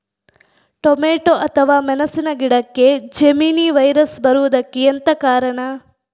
Tomato ಅಥವಾ ಮೆಣಸಿನ ಗಿಡಕ್ಕೆ ಜೆಮಿನಿ ವೈರಸ್ ಬರುವುದಕ್ಕೆ ಎಂತ ಕಾರಣ?